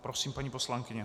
Prosím, paní poslankyně.